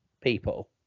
people